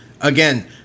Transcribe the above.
again